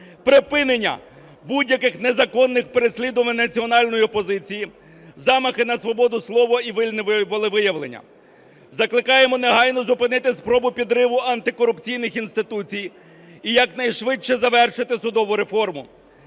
припинення будь-яких незаконних переслідувань національної опозиції, замахи на свободу слова і вільне волевиявлення. Закликаємо негайно зупинити спроби підриву антикорупційних інституцій і якнайшвидше завершити судову реформу.